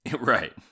right